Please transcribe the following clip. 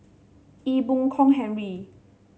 Ee Boon Kong Henry